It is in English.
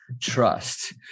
Trust